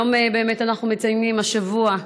היום אנחנו מציינים, השבוע,